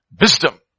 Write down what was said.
wisdom